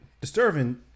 disturbing